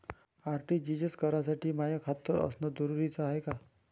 RTGS करासाठी माय खात असनं जरुरीच हाय का?